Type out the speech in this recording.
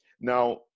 Now